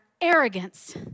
arrogance